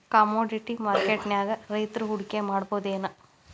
Commodity ಮಾರ್ಕೆಟ್ನ್ಯಾಗ್ ರೈತ್ರು ಹೂಡ್ಕಿ ಮಾಡ್ಬಹುದೇನ್?